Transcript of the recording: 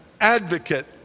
advocate